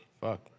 fuck